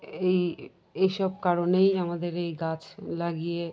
এই এই সব কারণেই আমাদের এই গাছ লাগিয়ে